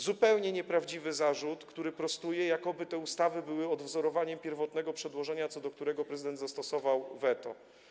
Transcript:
Zupełnie nieprawdziwy jest zarzut, który prostuję, jakoby te ustawy były odwzorowaniem pierwotnego przedłożenia, co do którego prezydent zastosował weto.